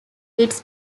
its